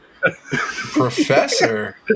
Professor